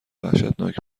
وحشتناک